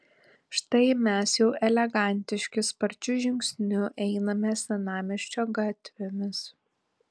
štai mes jau elegantiški sparčiu žingsniu einame senamiesčio gatvėmis